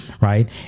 right